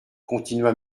continua